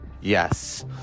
yes